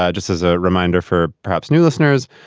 yeah just as a reminder for perhaps new listeners,